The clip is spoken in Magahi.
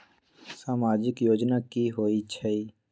समाजिक योजना की होई छई?